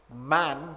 man